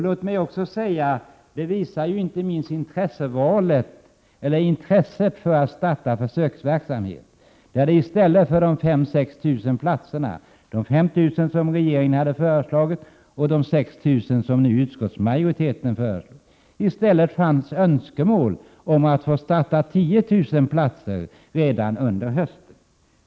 Låt mig också säga att det visar intresset för att starta försöksverksamhet när det i stället för de 5 000 platser som regeringen föreslagit och de 6 000 som utskottsmajoriteten föreslår finns önskemål om att få starta 10 000 platser redan i höst.